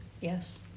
Yes